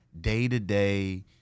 day-to-day